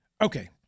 Okay